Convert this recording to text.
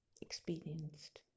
experienced